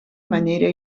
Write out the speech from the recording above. manera